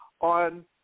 on